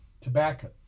Tobacco